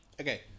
Okay